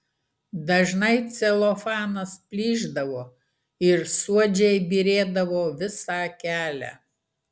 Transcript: dažnai celofanas plyšdavo ir suodžiai byrėdavo visą kelią